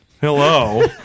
Hello